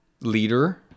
leader